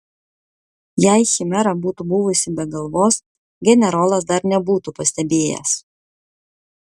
jei chimera būtų buvusi be galvos generolas dar nebūtų pastebėjęs